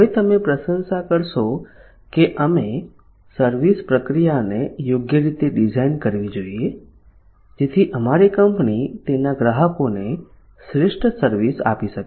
હવે તમે પ્રશંસા કરશો કે અમે સર્વિસ પ્રક્રિયાને યોગ્ય રીતે ડિઝાઇન કરવી જોઈએ જેથી અમારી કંપની તેના ગ્રાહકોને શ્રેષ્ઠ સર્વિસ આપી શકે